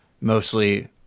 mostly